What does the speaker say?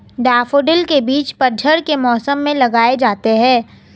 daffodil के बीज पतझड़ के मौसम में लगाए जाते हैं